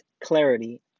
clarity